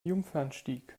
jungfernstieg